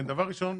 דבר ראשון,